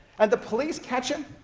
and the police catch him.